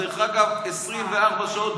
24 שעות,